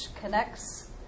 connects